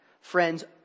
Friends